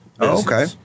Okay